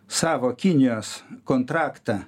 savo kinijos kontraktą